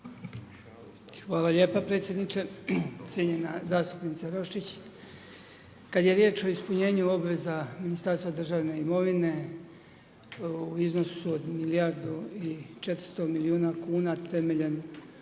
Hvala lijepo predsjedniče. Cjenjena zastupnica Roščoć, kada je riječ o ispunjenu obveza Ministarstva državne imovine, u iznosu od milijardu i 400 milijuna kuna, temeljem